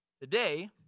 Today